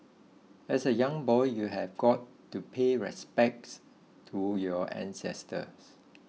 as a young boy you have got to pay respects to your ancestors